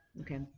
okay